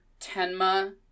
Tenma